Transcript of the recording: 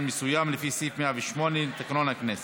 מסוים לפי סעיף 108 לתקנון הכנסת.